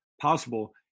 possible